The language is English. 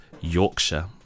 Yorkshire